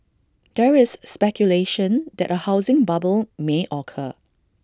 there is speculation that A housing bubble may occur